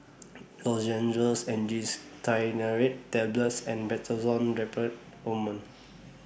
Lozenges Angised Glyceryl Trinitrate Tablets and Betamethasone Dipropionate Ointment